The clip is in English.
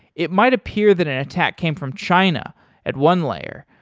it might appear that an attack came from china at one layer,